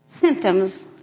symptoms